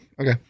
Okay